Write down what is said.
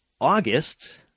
August